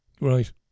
Right